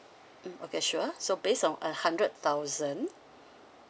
mm okay sure so based on a hundred thousand